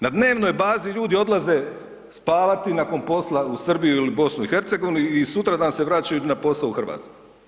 Na dnevnoj bazi ljudi odlaze spavati nakon posla u Srbiju ili u BiH i sutradan se vraćaju na posao u RH.